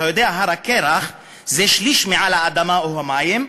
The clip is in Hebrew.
אתה יודע, הר הקרח הוא שליש מעל האדמה או המים,